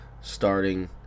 starting